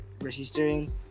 Registering